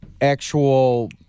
actual